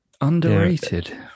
Underrated